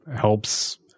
helps